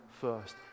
first